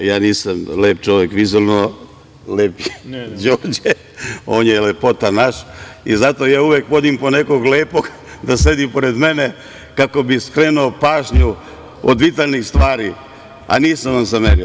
Ja nisam lep čovek, vizuelno je lep Đorđe, on je lepotan naš i zato ja uvek vodim po nekog lepog da sedi pored mene, kako bi skrenuo pažnju od vitalnih stvari, a nisam vam zamerio.